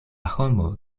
homo